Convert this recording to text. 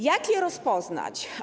Jak je rozpoznać?